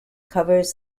covers